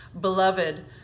beloved